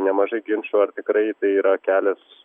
nemažai ginčų ar tikrai tai yra kelias